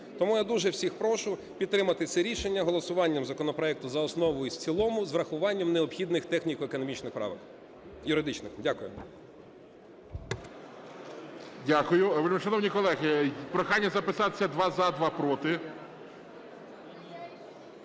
тому я дуже всіх прошу підтримати це рішення голосуванням законопроекту за основу і в цілому з врахуванням необхідних техніко-економічних правок, юридичних. Дякую. ГОЛОВУЮЧИЙ. Дякую. Шановні колеги, прохання записатися: два – за, два – проти.